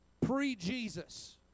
pre-Jesus